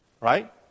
right